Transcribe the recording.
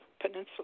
Peninsula